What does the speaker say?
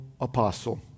apostle